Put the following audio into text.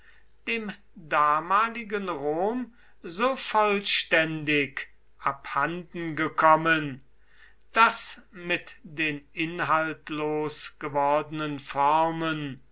dem damaligen rom so vollständig abhanden gekommen daß mit den inhaltlos gewordenen formen